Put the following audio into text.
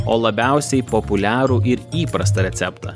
o labiausiai populiarų ir įprastą receptą